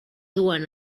duen